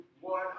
one